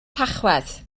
tachwedd